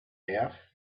out